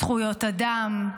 זכויות אדם,